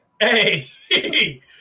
Hey